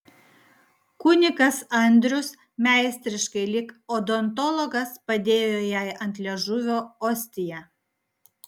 kunigas andrius meistriškai lyg odontologas padėjo jai ant liežuvio ostiją